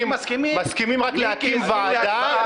אנחנו מסכימים רק להקים ועדה.